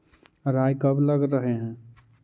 राई कब लग रहे है?